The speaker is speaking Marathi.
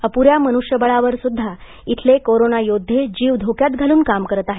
अप् या मनुष्यबळावर सुद्धा इथले कोरोना योद्धे जीव धोक्यात घालून काम करीत आहेत